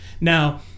Now